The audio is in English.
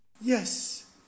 Yes